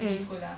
mm